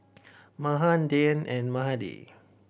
Mahan Dhyan and Mahade